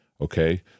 okay